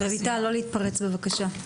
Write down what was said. רויטל, לא להתפרץ בבקשה.